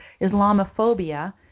Islamophobia